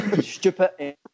Stupid